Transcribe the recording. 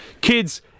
kids